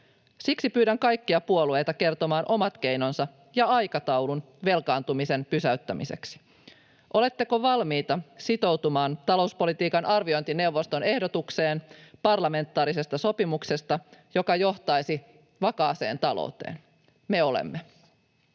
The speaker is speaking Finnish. Siksi pyydän kaikkia puolueita kertomaan omat keinonsa ja aikataulun velkaantumisen pysäyttämiseksi. Oletteko valmiita sitoutumaan talouspolitiikan arviointineuvos- ton ehdotukseen parlamentaarisesta sopimuksesta, joka johtaisi vakaaseen talouteen? Me olemme.